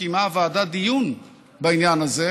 קיימה הוועדה דיון בעניין הזה,